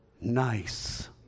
nice